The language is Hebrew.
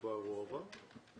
כבר הועבר?